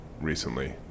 recently